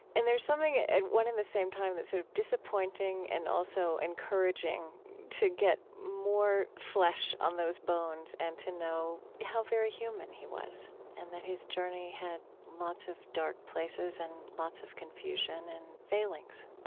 and there's something, at one in the same time, that's sort of disappointing and also encouraging to get more flesh on those bones and to know how very human he was and that his journey had lots of dark places and lots of confusion and failings